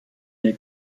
der